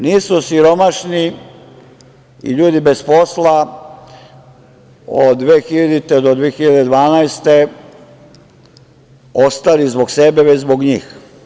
Nisu siromašni i ljudi bez posla od 2000. do 2012. godine ostali zbog sebe, već zbog njih.